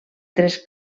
tres